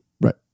Right